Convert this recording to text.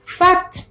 fact